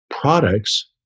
products